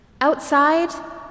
Outside